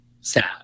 sad